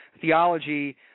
theology